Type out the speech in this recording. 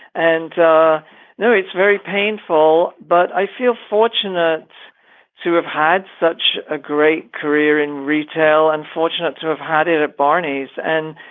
and i know it's very painful, but i feel fortunate to have had such a great career in retail and fortunate to have had it at barneys. and,